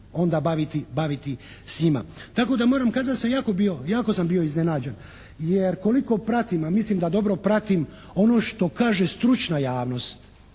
onda baviti s njima. Tako da moram kazati ja sam jako bio iznenađen, jer koliko pratim, a mislim da dobro pratim ono što kaže stručna javnost